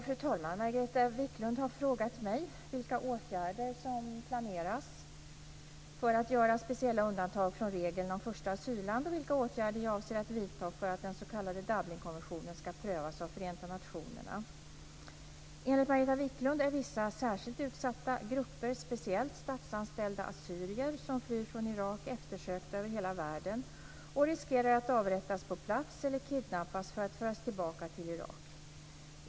Fru talman! Margareta Viklund har frågat mig vilka åtgärder som planeras för att göra speciella undantag från regeln om första asylland och vilka åtgärder jag avser att vidta för att den s.k. Dublinkonventionen ska prövas av Förenta nationerna, FN. Enligt Margareta Viklund är vissa särskilt utsatta grupper, speciellt statsanställda assyrier, som flyr från Irak eftersökta över hela världen och riskerar att avrättas på plats eller kidnappas för att föras tillbaka till Irak.